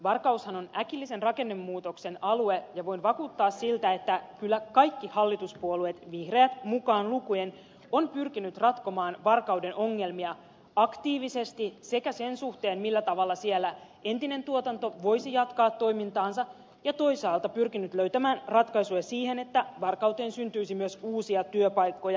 varkaushan on äkillisen rakennemuutoksen alue ja voin vakuuttaa että kyllä kaikki hallituspuolueet vihreät mukaan lukien ovat pyrkineet ratkomaan varkauden ongelmia aktiivisesti sen suhteen millä tavalla siellä entinen tuotanto voisi jatkaa toimintaansa ja toisaalta pyrkineet löytämään ratkaisuja siihen että varkauteen syntyisi myös uusia työpaikkoja